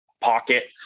pocket